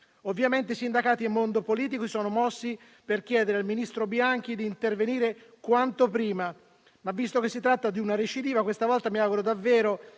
Ovviamente sindacati e mondo politico si sono mossi per chiedere al ministro Bianchi di intervenire quanto prima, ma, visto che si tratta di una recidiva, questa volta mi auguro davvero